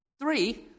Three